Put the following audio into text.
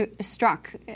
struck